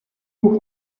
who